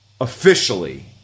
officially